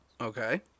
Okay